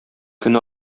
көн